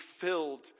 filled